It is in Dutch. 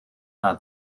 aan